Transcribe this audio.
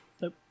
Nope